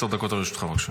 עשר דקות לרשותך, בבקשה.